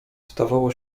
stawało